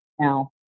now